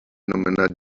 nomenat